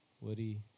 Woody